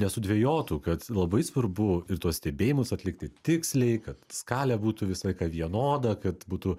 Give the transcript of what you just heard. nesudvejotų kad labai svarbu ir tuos stebėjimus atlikti tiksliai kad skalė būtų visą laiką vienoda kad būtų